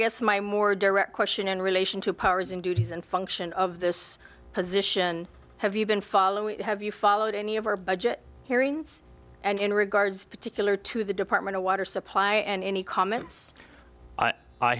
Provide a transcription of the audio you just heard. guess my more direct question in relation to powers and duties and function of this position have you been following have you followed any of our budget hearings and in regards particular to the department of water supply and any comments i